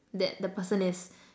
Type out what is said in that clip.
that the person is